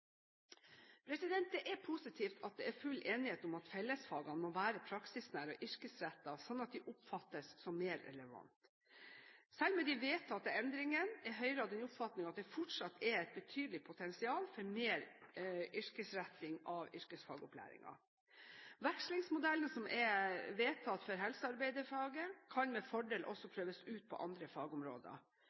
Det er positivt at det er full enighet om at fellesfagene må være praksisnære og yrkesrettet, sånn at de oppfattes som mer relevante. Selv med de vedtatte endringene er Høyre av den oppfatning at det fortsatt er et betydelig potensial for mer yrkesretting av yrkesfagopplæringen. Vekslingsmodellen som er vedtatt for helsearbeiderfaget, kan med fordel også prøves ut på andre fagområder.